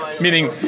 Meaning